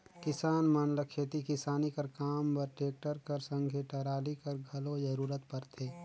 किसान मन ल खेती किसानी कर काम बर टेक्टर कर संघे टराली कर घलो जरूरत परथे